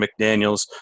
McDaniels